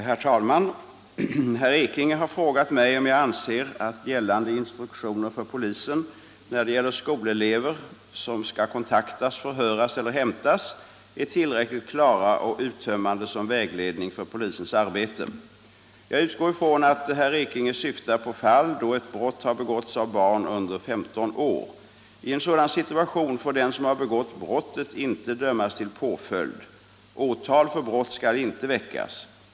Herr talman! Herr Ekinge har frågat mig om jag anser att gällande instruktioner för polisen när det gäller skolelever som skall kontaktas, förhöras eller hämtas, är tillräckligt klara och uttömmande som vägledning för polisens arbete. Jag utgår från att herr Ekinge syftar på fall då ett brott har begåtts av barn under 15 år. I en sådan situation får den som har begått brottet inte dömas till påföljd. Åtal för brott skall inte väckas.